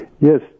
Yes